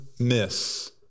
miss